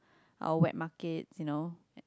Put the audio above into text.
all wet market you know